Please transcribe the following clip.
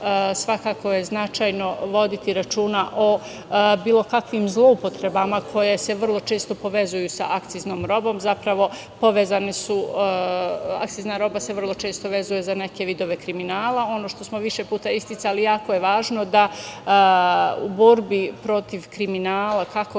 svakako je značajno voditi računa o bilo kakvim zloupotrebama koje se vrlo često povezuju sa akciznom robom, zapravo, akcizna roba se vrlo često vezuje za vidove kriminala. Ono što smo više puta isticali, a jako je važno, u borbi protiv kriminala, kako